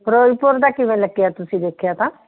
ਫ਼ਿਰੋਜ਼ਪੁਰ ਦਾ ਕਿਵੇਂ ਲੱਗਿਆ ਤੁਸੀਂ ਦੇਖਿਆ ਤਾਂ